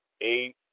eight